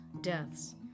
deaths